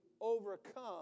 overcome